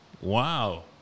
Wow